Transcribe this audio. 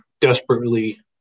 desperately